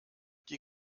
die